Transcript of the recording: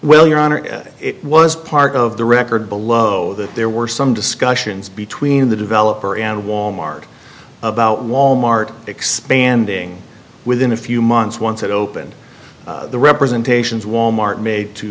well your honor it was part of the record below that there were some discussions between the developer and wal mart about wal mart expanding within a few months once it opened the representations wal mart made to